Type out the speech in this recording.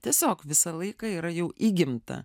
tiesiog visą laiką yra jau įgimta